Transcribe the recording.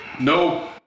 no